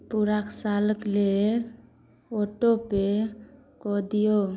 पूरा सालके लेल ऑटोपे कऽ दिऔ